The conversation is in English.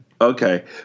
Okay